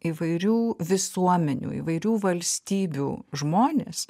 įvairių visuomenių įvairių valstybių žmonės